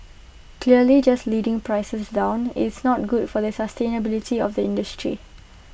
clearly just leading prices down it's not good for the sustainability of the industry